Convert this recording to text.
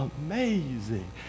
amazing